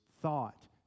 thought